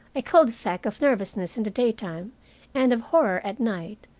a cul-de-sac of nervousness in the daytime and of horror at night,